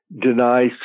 denies